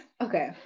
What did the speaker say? okay